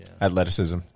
Athleticism